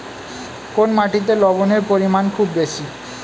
কোন মাটিতে লবণের পরিমাণ খুব বেশি?